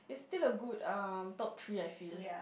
still a good um top three I feel